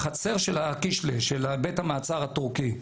בחצר של הקישלה, של בית המעצר התורכי.